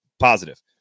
Positive